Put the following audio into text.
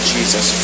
Jesus